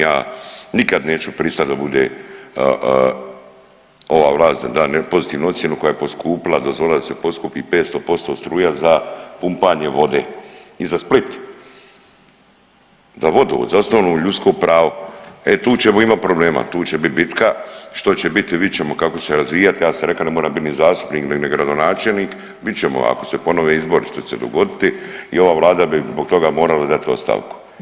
Ja nikad neću pristat da bude, ova vlast da da pozitivnu ocjenu koja je poskupila, dozvolila da se poskupi 500% struja za pumpanje vode i za Split, za vodovod, za osnovno ljudsko pravo, e tu ćemo imat problema, tu će bit bitka, što će biti vidjet ćemo kako će se razvijat, ja sam reka ne moram bit ni zastupnik, ni gradonačelnik, vidit ćemo ako se ponove izbori što će se dogoditi i ova vlada bi zbog toga morala dati ostavku.